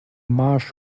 marsh